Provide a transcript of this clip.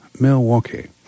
Milwaukee